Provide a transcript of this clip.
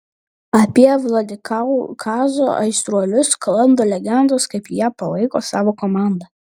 apie vladikaukazo aistruolius sklando legendos kaip jie palaiko savo komandą